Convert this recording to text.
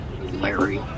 Larry